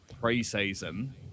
pre-season